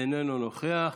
איננו נוכח.